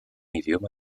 idioma